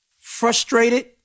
frustrated